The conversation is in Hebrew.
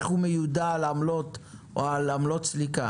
איך הוא מיודע על עמלות או על עמלות סליקה?